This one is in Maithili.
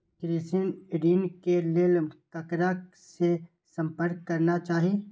कृषि ऋण के लेल ककरा से संपर्क करना चाही?